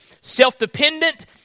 self-dependent